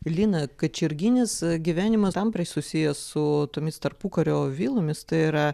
lina kačerginės gyvenimas tampriai susijęs su tomis tarpukario vilomis tai yra